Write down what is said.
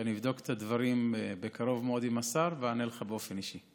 שאני אבדוק את הדברים בקרוב מאוד עם השר ואענה לך באופן אישי.